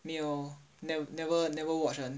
没有 never never never watch one